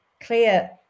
clear